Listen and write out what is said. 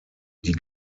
die